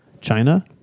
China